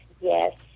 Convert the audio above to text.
Yes